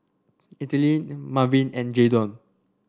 Ethyle Marvin and Jaydon